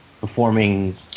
performing